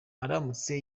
aramutse